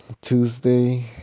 tuesday